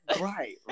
Right